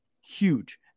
huge